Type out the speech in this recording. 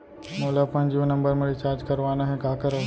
मोला अपन जियो नंबर म रिचार्ज करवाना हे, का करव?